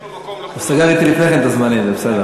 הוא סגר אתי לפני כן את הזמנים, זה בסדר.